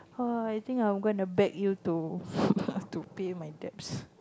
ah I think I'm going to beg you to to pay my debts